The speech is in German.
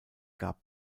gab